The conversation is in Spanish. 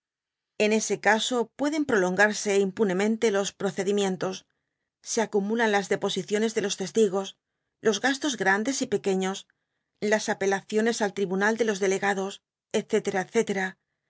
en ese caso pueden ptolongatsc impunemente los procedimientos se acumulan las deposiciones de los testigos los gastos grandes y pcc ueí'íos las apelaciones al tribunal de los delegados